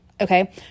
okay